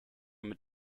mit